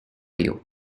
you